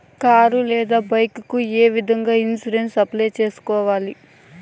car లేదా bike ఏ విధంగా ఇన్సూరెన్సు అప్లై సేసుకోవాలి